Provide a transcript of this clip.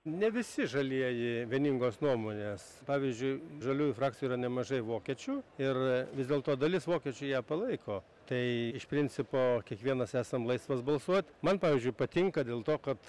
ne visi žalieji vieningos nuomonės pavyzdžiui žaliųjų frakcijoj yra nemažai vokiečių ir vis dėlto dalis vokiečių ją palaiko tai iš principo kiekvienas esam laisvas balsuot man pavyzdžiui patinka dėl to kad